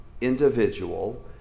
individual